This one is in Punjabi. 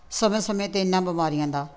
ਸਮੇਂ ਸਮੇਂ 'ਤੇ ਇਹਨਾਂ ਬਿਮਾਰੀਆਂ ਦਾ